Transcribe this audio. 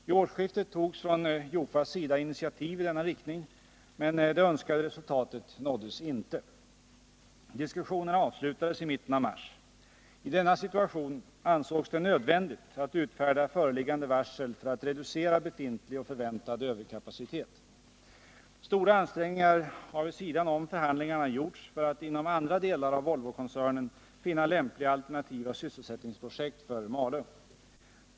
Vid årsskiftet togs från Jofas sida initiativ i denna riktning, men det önskade resultatet nåddes inte. Diskussionerna avslutades i mitten av mars. I denna situation ansågs det nödvändigt att utfärda föreliggande varsel för att reducera befintlig och förväntad överkapacitet. Stora ansträngningar har vid sidan om förhandlingarna gjorts för att inom andra delar av Volvokoncernen finna lämpliga alternativa sysselsättningsprojekt för Malung.